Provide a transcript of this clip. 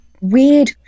weird